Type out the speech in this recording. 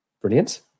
brilliant